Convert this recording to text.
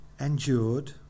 endured